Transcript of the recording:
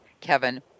Kevin